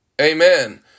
Amen